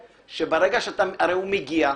הרי הוא מגיע,